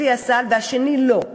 לפי הסל והשני לא.